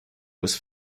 was